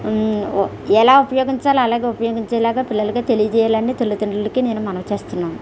ఎలా ఉపయోగించాలో అలాగే ఉపయోగించేలాగా పిల్లలకి తెలియజేయాలని తల్లిదండ్రులకు నేను మనవి చేస్తున్నాను